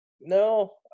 no